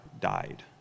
died